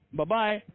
Bye-bye